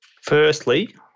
Firstly